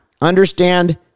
understand